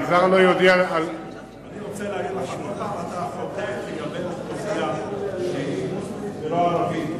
אני רוצה להגיד לך שאתה כל פעם חוטא לגבי האוכלוסייה שהיא לא ערבית,